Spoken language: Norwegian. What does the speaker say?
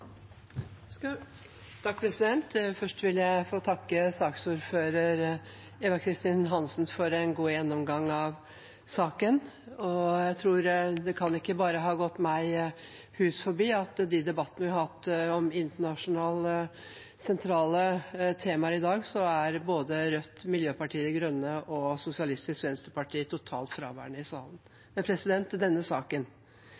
kan ha gått bare meg hus forbi at i de debattene vi har hatt om sentrale internasjonale temaer i dag, er både Rødt, Miljøpartiet De Grønne og Sosialistisk Venstreparti totalt fraværende i